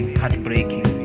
heartbreaking